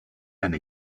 eine